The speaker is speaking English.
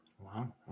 Wow